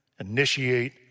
initiate